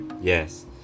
Yes